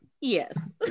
Yes